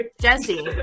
Jesse